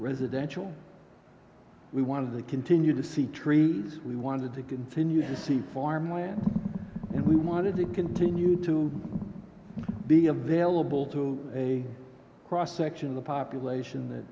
residential we wanted to continue to see trees we wanted to continue to see farmland and we wanted to continue to be available to a cross section of the population